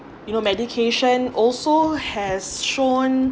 you know medication also has shown